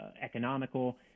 economical